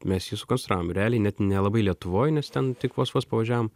mes jį sukonstravom realiai net nelabai lietuvoj nes ten tik vos vos pavažiavom